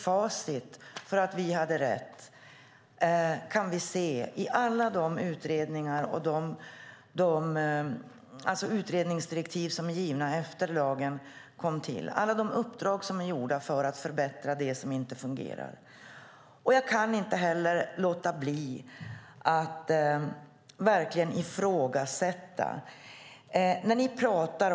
Facit på att vi hade rätt kan vi se i alla de utredningsdirektiv som är givna och alla de uppdrag som är gjorda för att förbättra det som inte fungerat efter att lagen kom till. Jag ifrågasätter hur ni tänker.